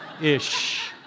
ish